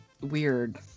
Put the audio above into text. weird